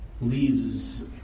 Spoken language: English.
leaves